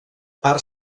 part